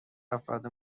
افراد